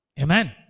Amen